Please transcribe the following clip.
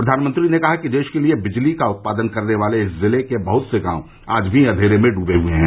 प्रधानमंत्री ने कहा कि देश के लिये बिजली का उत्पादन करने वाले इस जिले के बहुत से गांव आज भी अंधेरे में डूबे हुए हैं